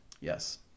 Yes